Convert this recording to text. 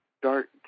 start